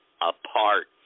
apart